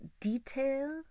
detail